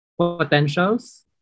potentials